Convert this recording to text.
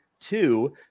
Two